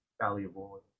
valuable